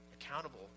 accountable